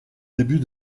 début